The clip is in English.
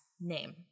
name